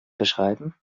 beschreiben